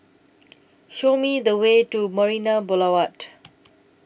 Show Me The Way to Marina Boulevard